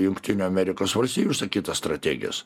jungtinių amerikos valstijų užsakytas strategijas